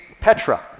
Petra